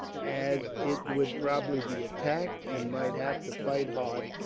as it would probably be attacked, and might have to fight hard,